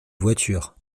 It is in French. voiture